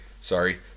sorry